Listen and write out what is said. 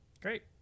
Great